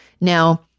Now